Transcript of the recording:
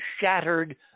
shattered